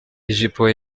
ijipo